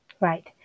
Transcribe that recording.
Right